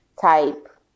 type